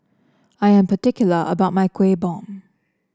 I am particular about my Kuih Bom